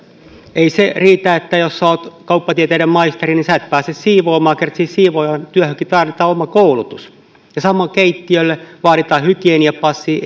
ei se riitä jos olet kauppatieteiden maisteri et pääse siivoamaan koska siihen siivoojan työhönkin tarvitaan oma koulutus samoin keittiölle vaaditaan hygieniapassi